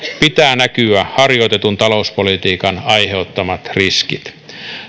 pitää näkyä harjoitetun talouspolitiikan aiheuttamat riskit